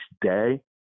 day